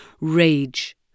rage